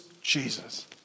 Jesus